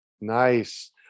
Nice